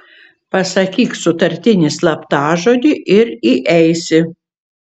pasakyk sutartinį slaptažodį ir įeisi